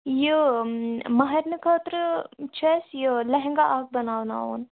یہِ مَہرنہِ خٲطرٕ چھُ اَسہِ یہِ لیہَنگا اکھ بَناوناوُن